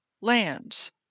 lands